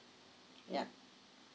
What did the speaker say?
ya